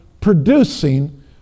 producing